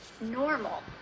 normal